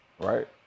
right